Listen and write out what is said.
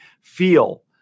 feel